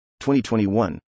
2021